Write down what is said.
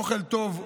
אוכל טוב,